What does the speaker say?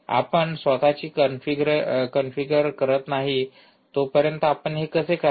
आपण स्वत ची कॉन्फिगर करीत नाही तोपर्यंत आपण हे कसे कराल